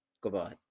goodbye